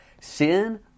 Sin